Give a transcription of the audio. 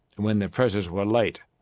and when the presses were late,